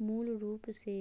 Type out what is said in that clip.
मूल रूप से